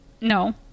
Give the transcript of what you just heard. No